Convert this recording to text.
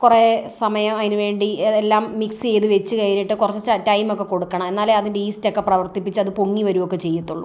കുറേ സമയം അതിന് വേണ്ടി എല്ലാം മിക്സ് ചെയ്ത് വെച്ച് കഴിഞ്ഞിട്ട് കുറച്ച് ടൈം ഒക്കെ കൊടുക്കണം എന്നാലെ അതിൻ്റെ ഈസ്റ്റ് ഒക്കെ പ്രവർത്തിപ്പിച്ച് അത് പൊങ്ങി വരികയൊക്കെ ചെയ്യത്തുള്ളൂ